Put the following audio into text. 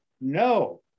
No